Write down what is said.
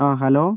ആ ഹലോ